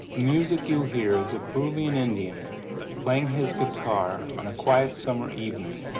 music you'll hear is a peruvian indian playing his guitar on a quiet summer evening.